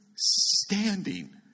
standing